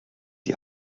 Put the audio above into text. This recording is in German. die